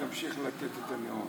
שתמשיך לתת את הנאום.